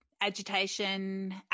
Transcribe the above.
agitation